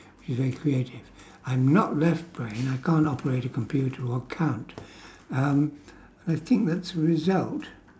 he's very creative I'm not left brained I can't operate a computer or count um I think that's a result